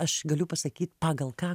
aš galiu pasakyt pagal ką